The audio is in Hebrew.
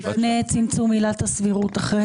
לפני צמצום עילת הסבירות, אחרי.